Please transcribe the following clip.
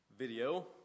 video